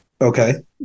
Okay